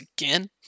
again